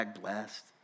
#blessed